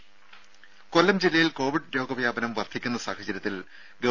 ദര കൊല്ലം ജില്ലയിൽ കോവിഡ് രോഗവ്യാപനം വർധിക്കുന്ന സാഹചര്യത്തിൽ ഗവ